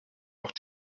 auch